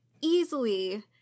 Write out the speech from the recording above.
easily